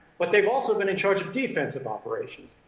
but they've also been in charge of defensive operations,